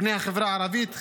בני החברה הערבית,